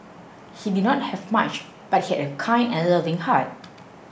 he did not have much but he had a kind and loving heart